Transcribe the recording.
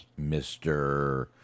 Mr